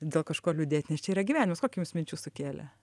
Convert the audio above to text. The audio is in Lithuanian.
dėl kažko liūdėt nes čia yra gyvenimas kokių jums minčių sukėlė